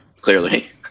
clearly